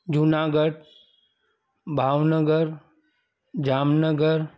Junagadh Bhavnagar Jamnagar